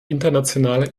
internationaler